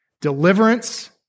Deliverance